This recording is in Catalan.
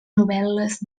novel·les